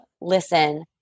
listen